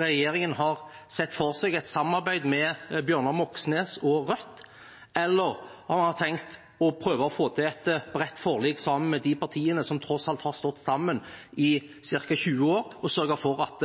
regjeringen har sett for seg et samarbeid med Bjørnar Moxnes og Rødt – eller om man har tenkt å prøve å få til et bredt forlik sammen med de partiene som tross alt har stått sammen i ca. 20 år og sørget for at